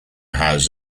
houses